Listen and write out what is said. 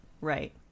Right